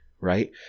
right